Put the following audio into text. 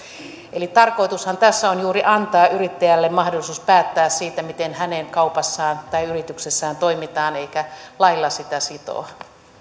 eli tarkoitushan tässä on juuri antaa yrittäjälle mahdollisuus päättää siitä miten hänen kaupassaan tai yrityksessään toimitaan eikä lailla sitä sitoa